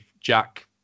Jack